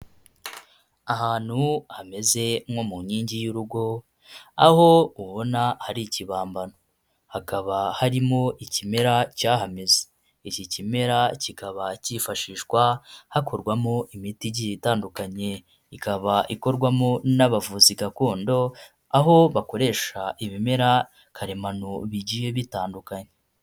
Ahantu hameze nko mu nkingi y'urugo, aho ubona hari ikibambano, hakaba harimo ikimera cyahameze, iki kimera kikaba cyifashishwa hakorwamo imiti igiye itandukanye. Ikaba ikorwamo n'abavuzi gakondo aho bakoresha ibimera karemano bigiye bitandukanye.